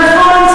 נכון,